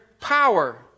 power